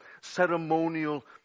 Ceremonial